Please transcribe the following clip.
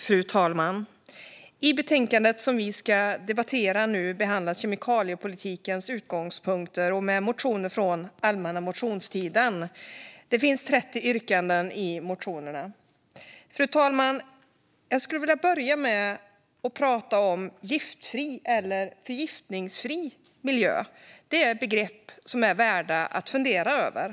Fru talman! I betänkandet som vi ska debattera nu behandlas kemikaliepolitiken med utgångspunkt i motioner från allmänna motionstiden. Det finns 30 yrkanden i motionerna. Jag skulle vilja börja med att prata om giftfri eller förgiftningsfri miljö. Det är begrepp värda att fundera över.